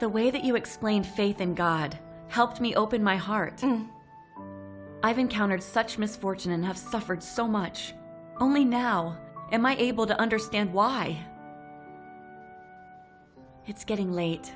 the way that you explain faith in god helped me open my heart i've encountered such misfortune and have suffered so much only now am i able to understand why it's getting late